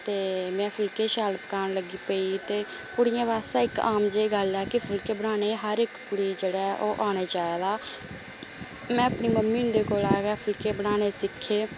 ते में फुलके शैल पकान लग्गी पेई ते कुडि़यै बास्ते इक आम जेही गल्ल हे कि फुलके बनाने हर इक कुड़ी गी जेहडा ऐ ओह् आना चाहिदा में अपनी मम्मी होंदे कोला फुलके बनाना सिक्खे